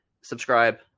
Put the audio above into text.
subscribe